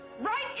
Right